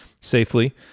safely